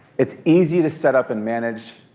it's easy to set up and manage.